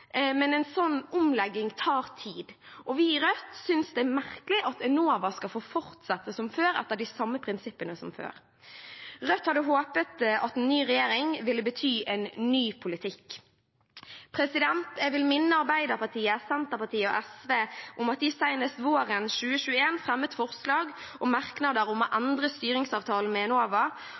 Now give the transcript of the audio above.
men en sånn omlegging tar tid. Vi i Rødt synes det er merkelig at Enova skal få fortsette som før, etter de samme prinsippene som før. Rødt hadde håpet at en ny regjering ville bety en ny politikk. Jeg vil minne Arbeiderpartiet, Senterpartiet og SV om at de senest våren 2021 fremmet forslag og merknader om å endre styringsavtalen med Enova